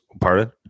Pardon